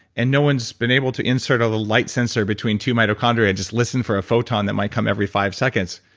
and no one's been able to insert a light sensor between two mitochondria and just listen for a photon that might come every five seconds.